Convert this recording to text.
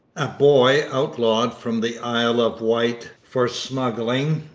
a boy outlawed from the isle of wight for smuggling,